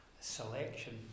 selection